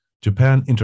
Japan